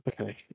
Okay